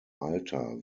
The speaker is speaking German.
alter